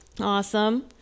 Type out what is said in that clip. Awesome